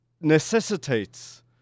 necessitates